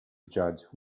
judge